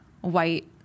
white